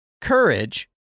courage